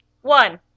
One